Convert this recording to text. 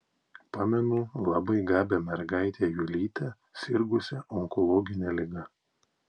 pamenu labai gabią mergaitę julytę sirgusią onkologine liga